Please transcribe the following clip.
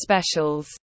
specials